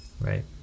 Right